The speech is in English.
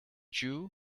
jew